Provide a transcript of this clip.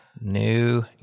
New